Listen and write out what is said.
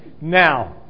Now